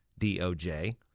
DOJ